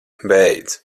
beidz